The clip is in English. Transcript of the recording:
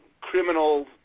criminal